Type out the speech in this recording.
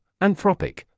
Anthropic